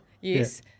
Yes